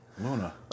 Luna